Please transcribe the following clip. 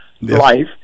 life